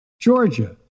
Georgia